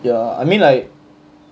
ya I mean like